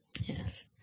Yes